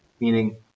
meaning